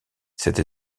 cette